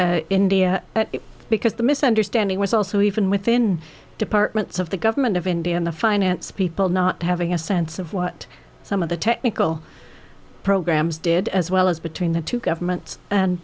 india because the misunderstanding was also even within departments of the government of india and the finance people not having a sense of what some of the technical programs did as well as between the two governments and